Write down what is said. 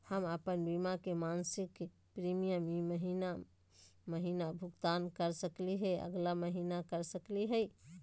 हम अप्पन बीमा के मासिक प्रीमियम ई महीना महिना भुगतान कर सकली हे, अगला महीना कर सकली हई?